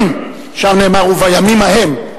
שם נאמר: ובימים ההם.